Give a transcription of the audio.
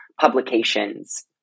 publications